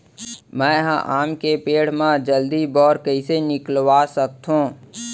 मैं ह आम के पेड़ मा जलदी बौर कइसे निकलवा सकथो?